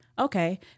Okay